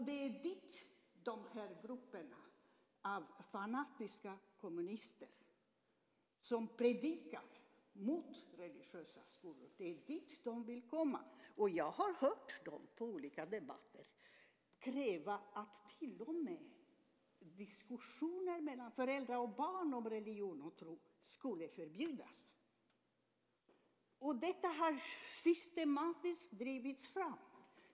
Det är dit som de grupper av fanatiska kommunister vill komma som predikar mot religiösa skolor. Jag har hört dem i olika debatter kräva att till och med diskussioner mellan föräldrar och barn om religion och tro ska förbjudas. Detta har systematiskt drivits fram.